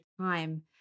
time